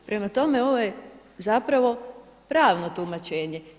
Prema tome, ovo je zapravo pravno tumačenje.